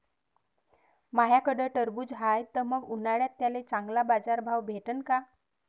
माह्याकडं टरबूज हाये त मंग उन्हाळ्यात त्याले चांगला बाजार भाव भेटन का?